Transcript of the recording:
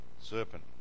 serpent